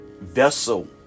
vessel